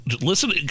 Listen